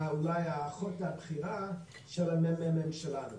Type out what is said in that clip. אולי האחות הבכירה של המ.מ.מ שלנו.